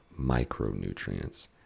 micronutrients